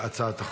להצעת החוק.